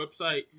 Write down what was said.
website